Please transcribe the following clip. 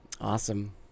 awesome